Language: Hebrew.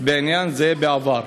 בעניין זה בעבר.